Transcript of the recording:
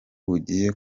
bugiye